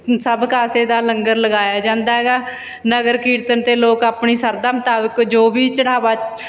ਸਭ ਕਾਸੇ ਦਾ ਲੰਗਰ ਲਗਾਇਆ ਜਾਂਦਾ ਗਾ ਨਗਰ ਕੀਰਤਨ 'ਤੇ ਲੋਕ ਆਪਣੀ ਸ਼ਰਧਾ ਮੁਤਾਬਿਕ ਜੋ ਵੀ ਚੜ੍ਹਾਵਾ